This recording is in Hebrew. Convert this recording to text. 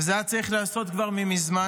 את זה היה צריך לעשות כבר ממזמן,